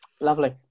Lovely